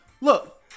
Look